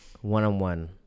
one-on-one